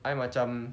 I macam